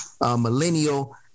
millennial